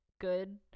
good